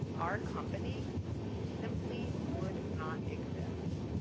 our company simply would not exist.